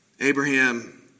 Abraham